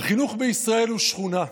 החינוך בישראל הוא שכונה,